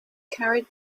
carried